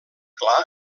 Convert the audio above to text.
clar